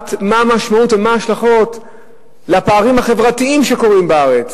לדעת מה המשמעות ומה ההשלכות על הפערים החברתיים בארץ.